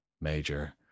major